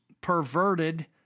perverted